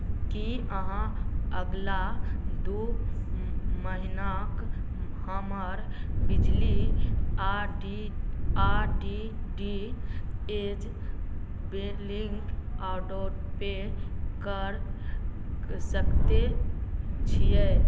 की अहाँ अगिला दू महिनाक हमर बिजली आ डी टी एच बिलकेँ ऑटो पे कऽ सकैत छियै